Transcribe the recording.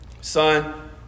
Son